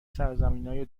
سرزمینای